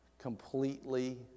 completely